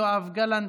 יואב גלנט,